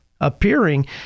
appearing